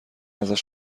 ازش